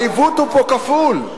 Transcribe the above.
העיוות פה כפול.